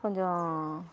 கொஞ்சம்